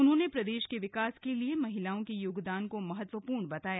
उन्होंने प्रदेश के विकास के लिए महिलाओं के योगदान को महत्वपूर्ण बताया